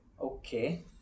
Okay